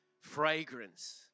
fragrance